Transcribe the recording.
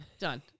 done